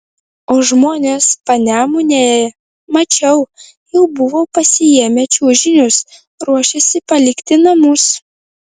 o žmonės panemunėje mačiau jau buvo pasiėmę čiužinius ruošėsi palikti namus